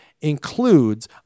includes